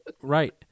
Right